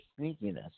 sneakiness